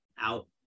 out